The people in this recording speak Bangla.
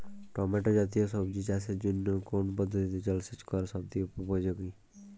টমেটো জাতীয় সবজি চাষের জন্য কোন পদ্ধতিতে জলসেচ করা সবচেয়ে উপযোগী?